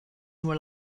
nur